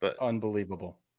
Unbelievable